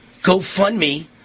GoFundMe